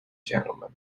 gentleman